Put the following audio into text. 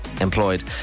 employed